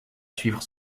suivre